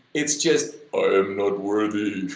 it's just i'm not worthy,